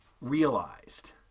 realized